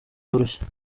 bworoshye